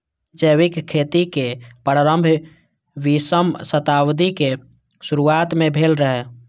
जैविक खेतीक प्रारंभ बीसम शताब्दीक शुरुआत मे भेल रहै